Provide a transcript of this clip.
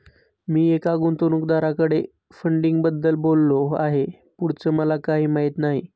मी एका गुंतवणूकदाराकडे फंडिंगबद्दल बोललो आहे, पुढचं मला काही माहित नाही